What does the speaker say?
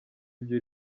ibyo